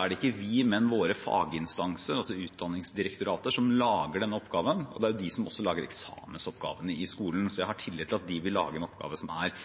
er det ikke vi, men våre faginstanser, altså Utdanningsdirektoratet, som lager denne oppgaven, og det er de som også lager eksamensoppgavene i skolen. Jeg har tillit til at de vil lage en oppgave som er